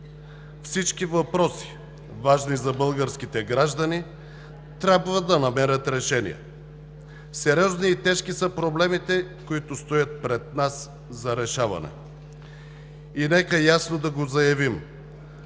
Всички въпроси, важни за българските граждани, трябва да намерят решение. Сериозни и тежки са проблемите, които стоят пред нас, за решаване. И нека ясно да го заявим: